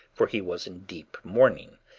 for he was in deep mourning,